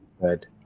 good